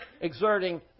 exerting